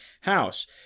house